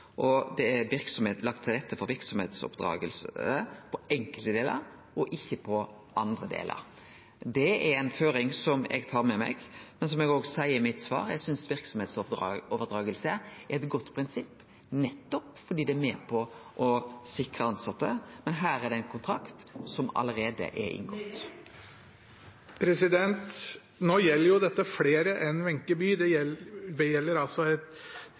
og det er lagt til rette for verksemdsoverdraging på enkelte delar – og ikkje på andre delar. Det er ei føring som eg tar med meg. Men som eg òg seier i svaret mitt, synest eg verksemdsoverdraging er eit godt prinsipp nettopp fordi det er med på å sikre tilsette. Men her er det ein kontrakt som allereie er inngått. Nå gjelder jo dette flere enn Wenche Bye, det